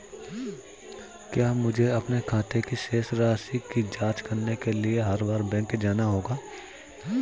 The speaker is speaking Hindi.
क्या मुझे अपने खाते की शेष राशि की जांच करने के लिए हर बार बैंक जाना होगा?